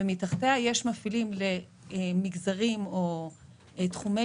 ומתחתיה יש מפעילים למגזרים או תחומי